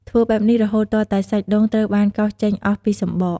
ធ្វើបែបនេះរហូតទាល់តែសាច់ដូងត្រូវបានកោសចេញអស់ពីសម្បក។